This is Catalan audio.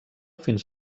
fins